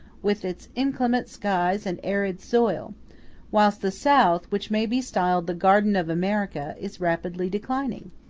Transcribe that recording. with its inclement skies and arid soil whilst the south, which may be styled the garden of america, is rapidly declining?